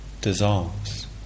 dissolves